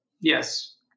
Yes